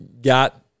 got –